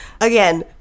again